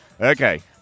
Okay